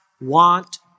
want